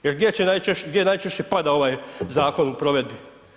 Jer gdje najčešće pada ovaj zakon u provedbi?